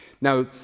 Now